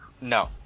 No